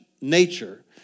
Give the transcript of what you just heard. nature